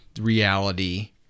reality